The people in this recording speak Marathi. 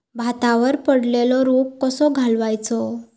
भातावर पडलेलो रोग कसो घालवायचो?